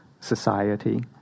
society